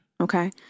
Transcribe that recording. Okay